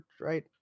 right